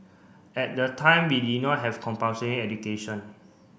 at that time we did not have compulsory education